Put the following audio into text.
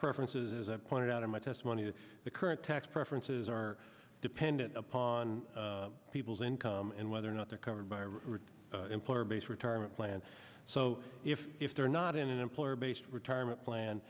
preferences as i've pointed out in my testimony in the current tax preferences are dependent upon people's income and whether or not they're covered by employer based retirement plans so if they're not in an employer based retirement plan